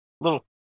little